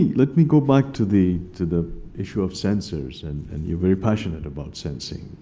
let me go back to the to the issue of sensors, and you're very passionate about sensing.